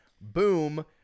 Boom